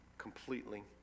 completely